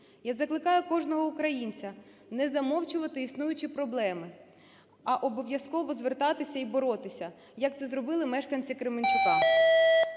І закликаю кожного українця не замовчувати існуючі проблеми, а обов'язково звертатися і боротися, як це зробили мешканці Кременчука.